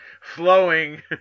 flowing